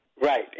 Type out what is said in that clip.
Right